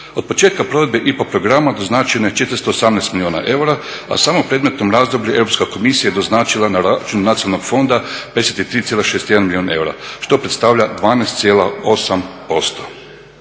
Od početka provedbe IPA programa … je 418 milijuna eura, a samo predmetno razdoblje Europska komisija je doznačila na račun nacionalnog fonda 53,61 milijun eura što predstavlja 12,8%.